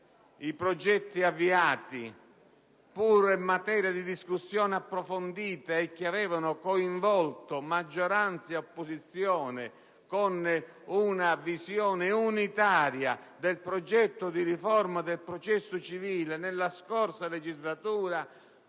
I progetti avviati, pur materia di discussioni approfondite che avevano coinvolto maggioranza ed opposizione, con una visione unitaria del progetto di riforma del processo civile nella scorsa legislatura,